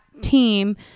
team